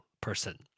Person